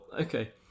Okay